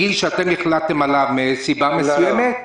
גיל שאתם החלטתם עליו מסיבה מסוימת --- לא,